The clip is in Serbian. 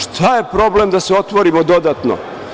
Šta je problem da se otvorimo dodatno?